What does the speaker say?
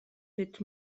fets